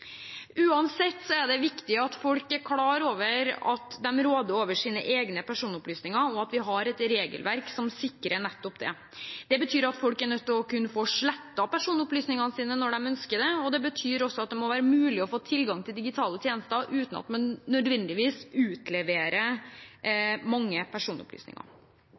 Uansett er det viktig at folk er klar over at de råder over sine egne personopplysninger, og at vi har et regelverk som sikrer nettopp det. Det betyr at folk er nødt til å kunne få slettet personopplysningene sine når de ønsker det, og det betyr også at det må være mulig å få tilgang til digitale tjenester uten at man nødvendigvis utleverer mange personopplysninger.